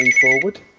forward